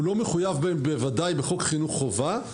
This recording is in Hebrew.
הוא לא מחויב, בוודאי, בחוק חינוך חובה,